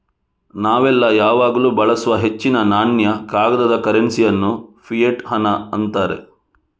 ನಾವೆಲ್ಲ ಯಾವಾಗ್ಲೂ ಬಳಸುವ ಹೆಚ್ಚಿನ ನಾಣ್ಯ, ಕಾಗದದ ಕರೆನ್ಸಿ ಅನ್ನು ಫಿಯಟ್ ಹಣ ಅಂತಾರೆ